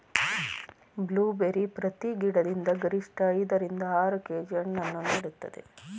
blueberry ಪ್ರತಿ ಗಿಡದಿಂದ ಗರಿಷ್ಠ ಐದ ರಿಂದ ಆರು ಕೆ.ಜಿ ಹಣ್ಣನ್ನು ನೀಡುತ್ತದೆ